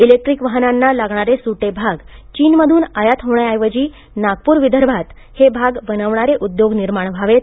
electric वाहनांना लागणारे सुटे भाग चीनमध्रन आयात होण्याऐवजी नागप्र विदर्भात सुटे भाग बनवणारे उद्योग निर्माण व्हावेत